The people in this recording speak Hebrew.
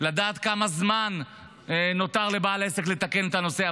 לדעת כמה זמן נותר לבעל העסק לתקן את הנושא.